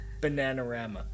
Bananarama